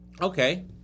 Okay